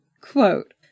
quote